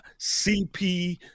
CP